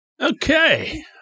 Okay